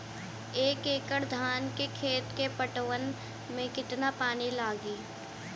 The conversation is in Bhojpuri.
एक एकड़ धान के खेत के पटवन मे कितना पानी लागि?